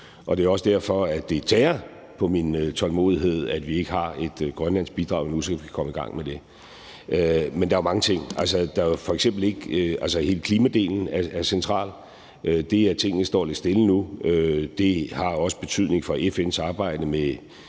Det er også derfor, at det tærer på min tålmodighed, at vi ikke har et grønlandsk bidrag endnu, så vi kan komme i gang med det. Men der er jo mange ting. Hele klimadelen er central. Det, at tingene står lidt stille nu, har også betydning for FN's arbejde med